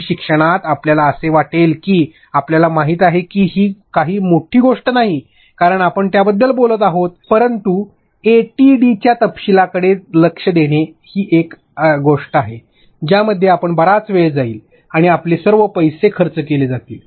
E शिक्षणात आपल्याला असे वाटेल की आपल्याला माहित आहे की ही काही मोठी गोष्ट नाही कारण आपण त्याबद्दल बोलत आहोतच परंतु एटीडीच्या तपशीलाकडे लक्ष देणे ही अशी गोष्ट आहे ज्यामध्ये आपण बराच वेळ जाईल आणि आपले सर्व पैसे खर्च केले जातील